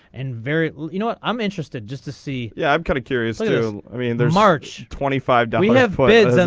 and very well you know what i'm interested just to see. yeah i'm kind of curious so you know i mean there's march. twenty five w. have what is and